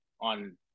on